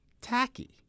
tacky